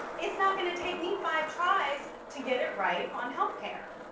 it's not gonna take me five tries to get it right on health care.